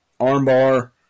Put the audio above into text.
armbar